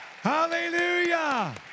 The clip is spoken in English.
Hallelujah